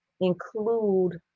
include